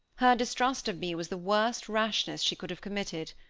her distrust of me was the worst rashness she could have committed.